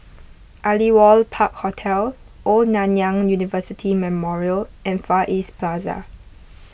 Aliwal Park Hotel Old Nanyang University Memorial and Far East Plaza